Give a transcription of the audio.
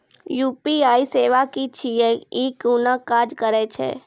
UPI सेवा की छियै? ई कूना काज करै छै?